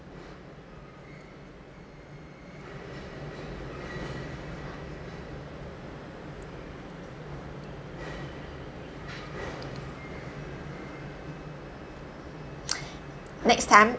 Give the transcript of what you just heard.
next time